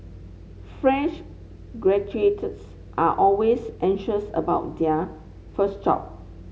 fresh graduates are always anxious about their first job